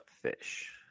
fish